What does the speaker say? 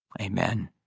Amen